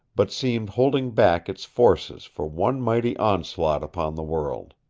but seemed holding back its forces for one mighty onslaught upon the world.